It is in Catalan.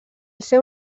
seu